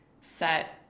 set